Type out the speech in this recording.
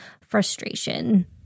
frustration